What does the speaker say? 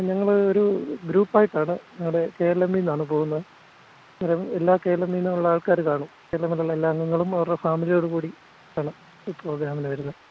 ഞങ്ങൾ ഒരൂ ഗ്രൂപ്പ് ആയിട്ടാണ് ഞങ്ങളുടെ കേഎലെമ്മിൽ നിന്നാണ് പോകുന്നത് അന്നേരം എല്ലാ കേഎൽഎമ്മിൽ നിന്നുമുള്ള ആൾക്കാർ കാണും കേഎലെമ്മിലുള്ള എല്ലാ അംഗങ്ങളും അവരുടെ ഫാമിലിയോടു കൂടി ആണ് ട്രിപ്പ് പോകാൻ അങ്ങനെയാണ് വരുന്നത്